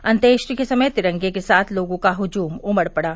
अन्त्येष्टि के समय तिरंगे के साथ लोगों का हजुम उमड़ पड़ा